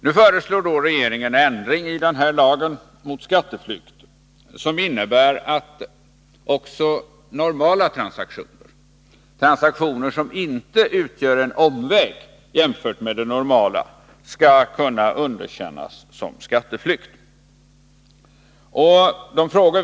Nu föreslår regeringen en ändring i lagen mot skatteflykt som innebär att också normala transaktioner — som inte utgör en omväg jämfört med det normala — skall kunna underkännas såsom varande skatteflykt.